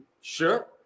sure